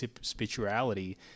spirituality